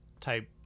type